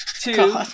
two